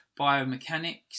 biomechanics